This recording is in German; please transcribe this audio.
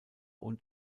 und